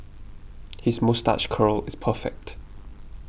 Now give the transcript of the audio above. his moustache curl is perfect